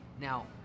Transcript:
Now